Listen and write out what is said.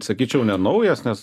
sakyčiau ne naujas nes